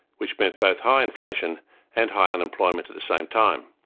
which meant both high inflation and high unemployment at the same time.